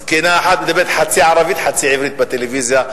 זקנה אחת מדברת חצי ערבית חצי עברית בטלוויזיה,